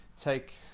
take